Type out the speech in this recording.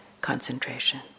concentration